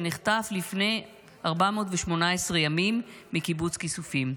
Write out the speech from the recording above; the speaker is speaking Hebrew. שנחטף לפני 418 ימים מקיבוץ כיסופים.